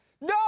No